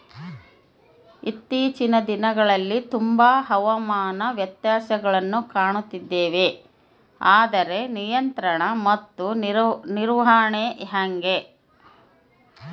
ಇತ್ತೇಚಿನ ದಿನಗಳಲ್ಲಿ ತುಂಬಾ ಹವಾಮಾನ ವ್ಯತ್ಯಾಸಗಳನ್ನು ಕಾಣುತ್ತಿದ್ದೇವೆ ಇದರ ನಿಯಂತ್ರಣ ಮತ್ತು ನಿರ್ವಹಣೆ ಹೆಂಗೆ?